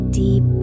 deep